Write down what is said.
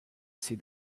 see